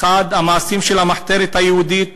אחד המעשים של המחתרת היהודית